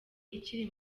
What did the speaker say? ikiri